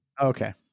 Okay